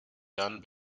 done